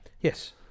Yes